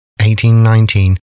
1819